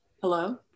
Hello